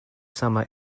summer